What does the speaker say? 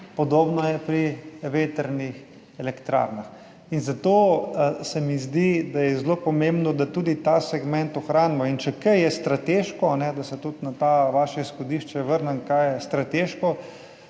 Podobno je pri vetrnih elektrarnah, zato se mi zdi, da je zelo pomembno, da tudi ta segment ohranimo. Če je kaj strateško, da se vrnem tudi na to vaše izhodišče, kaj je strateško.